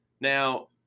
Now